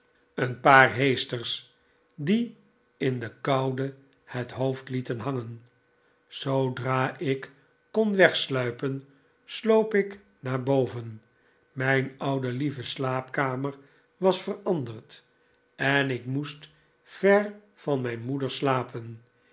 een paar heesters die in de koude het hoofd lieten hangen zoodra ik kon wegsluipen sloop ik naar boven mijn oude lieve slaapkamer was veranderd en ik moest ver van mijn moeder slapen